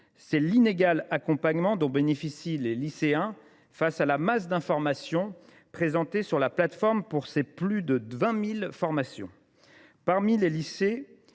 c’est l’inégal accompagnement dont bénéficient les lycéens face à la masse d’informations présentes sur la plateforme pour détailler les plus de 20 000 formations qui y